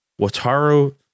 wataru